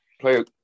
play, –